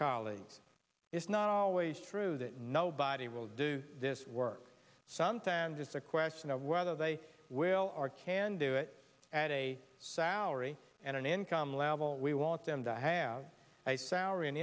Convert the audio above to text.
colleagues it's not always true that nobody will do this work sometimes it's a question of whether they will or can do it at a salary and an income level we want them to have a salary